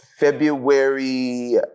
February